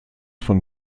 von